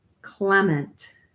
Clement